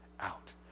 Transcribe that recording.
out